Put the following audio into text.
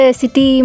city